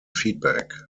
feedback